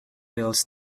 wales